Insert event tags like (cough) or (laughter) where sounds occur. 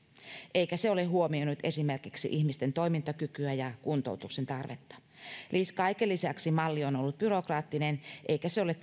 eikä se ole huomioinut esimerkiksi ihmisten toimintakykyä ja kuntoutuksen tarvetta kaiken lisäksi malli on ollut byrokraattinen eikä se ole (unintelligible)